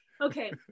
Okay